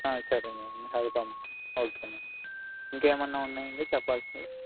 సరేనండి అది పంపుతాను ఓకే అండి ఇంకేమన్నా ఉన్నాయండి చెప్పాల్సినవి